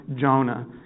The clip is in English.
Jonah